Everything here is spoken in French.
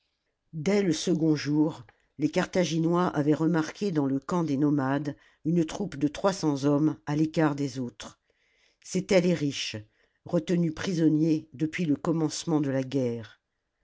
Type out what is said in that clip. dès le second jour les carthaginois avaient remarqué dans le camp des nomades une troupe de trois cents hommes à l'écart des autres c'étaient les riches retenus prisonniers depuis le commencement de la guerre